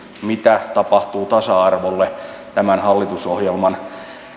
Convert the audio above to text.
mitä tapahtuu tasa arvolle tämän hallitusohjelman